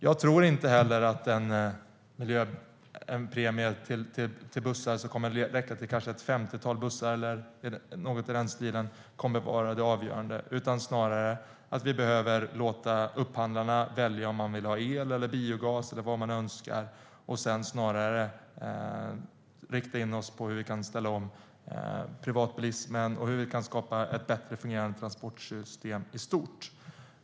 Jag tror inte att en premie för bussar som kommer att räcka till något femtiotal bussar kommer att vara det avgörande. Snarare behöver vi låta upphandlarna välja om de vill ha el eller biogas eller vad de önskar och sedan rikta in oss på hur vi kan ställa om privatbilismen och skapa ett bättre fungerande transportsystem i stort.